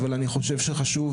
אבל אני חושב שחשוב,